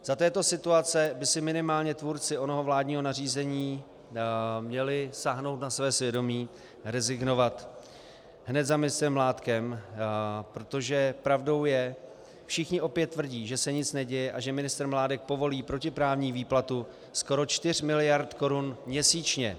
Za této situaci by si minimálně tvůrci onoho vládního nařízení měli sáhnout na své svědomí, rezignovat hned za ministrem Mládkem, protože pravdou je, že všichni opět tvrdí, že se nic neděje a že ministr Mládek povolí protiprávní výplatu skoro 4 mld. Kč měsíčně.